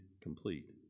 complete